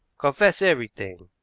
confess everything.